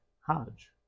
Hodge